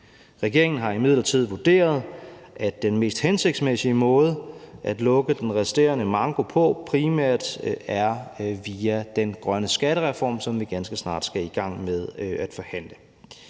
Regeringen har imidlertid vurderet, at den mest hensigtsmæssige måde at lukke den resterende manko på primært er via den grønne skattereform, som vi ganske snart skal i gang med at forhandle.